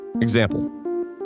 Example